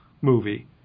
movie